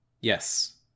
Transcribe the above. Yes